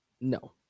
no